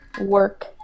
work